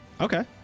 okay